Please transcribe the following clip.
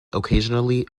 occasionally